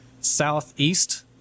southeast